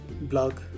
blog